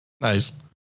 Nice